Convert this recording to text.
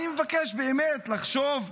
אני מבקש באמת לחשוב,